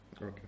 Okay